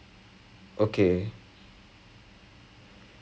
and then and then I was like then he started